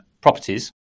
properties